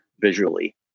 visually